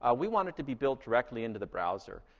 ah we want it to be built directly into the browser.